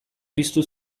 piztu